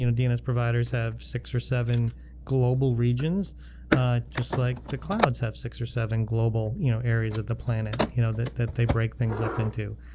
you know dns providers have six or seven global regions just like the clouds of six or seven global you know areas of the planet you know that that they break things up into.